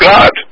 God